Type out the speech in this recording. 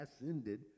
ascended